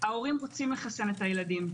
ההורים רוצים לחסן את הילדים.